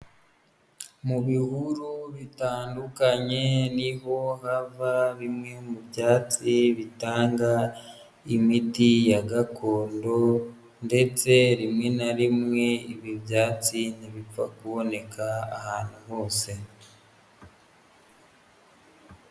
Mu bihuru bitandukanye ni ho hava bimwe mu byatsi bitanga imiti ya gakondo ndetse rimwe na rimwe ibi byatsi ntibipfa kuboneka ahantu hose.